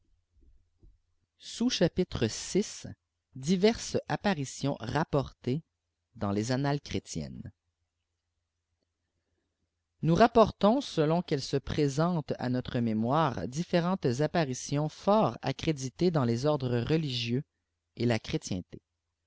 diverses apparitions rapportées dans les annales chrétiennes nous rapportons selon qu'elles se présentent à notre mémoire différentes apparitions fort accréditées dans les ordres religieux et la chrétientés